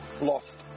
Lost